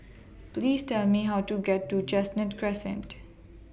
Please Tell Me How to get to Chestnut Crescent